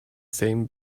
same